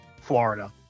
Florida